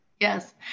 Yes